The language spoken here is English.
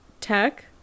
tech